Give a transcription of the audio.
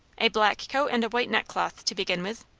a black coat and a white neckcloth, to begin with.